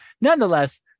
nonetheless